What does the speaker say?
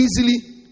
easily